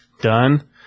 Done